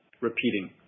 repeating